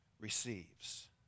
receives